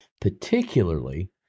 particularly